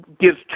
gives